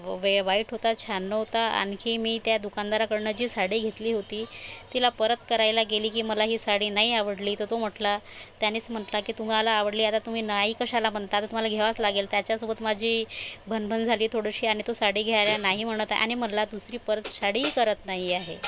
वे वाईट होता छान नव्हता आणखी मी त्या दुकानदारांकडून जी साडी घेतली होती तिला परत करायला गेली की मला ही साडी नाही आवडली तर तो म्हटला त्यानेच म्हटला की तुम्हाला आवडली आहे आता तुम्ही नाही कशाला म्हणता आता तुम्हाला घ्यावंच लागेल त्याच्यासोबत माझी भणभण झाली थोडीशी आणि तो साडी घ्यायला नाही म्हणत आहे आणि म्हटला दुसरी परत साडीही करत नाही आहे